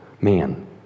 man